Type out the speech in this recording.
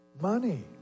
Money